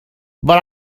but